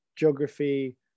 Geography